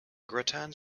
grattan